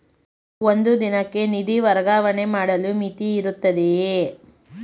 ಒಂದು ದಿನಕ್ಕೆ ನಿಧಿ ವರ್ಗಾವಣೆ ಮಾಡಲು ಮಿತಿಯಿರುತ್ತದೆಯೇ?